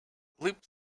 loop